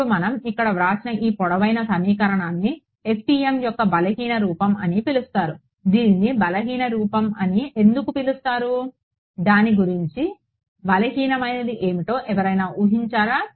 ఇప్పుడు మనం ఇక్కడ వ్రాసిన ఈ పొడవైన సమీకరణాన్ని FEM యొక్క బలహీన రూపం అని పిలుస్తారు దీనిని బలహీనమైన రూపం అని ఎందుకు పిలుస్తారు దాని గురించి బలహీనమైనది ఏమిటో ఎవరైనా ఊహించారా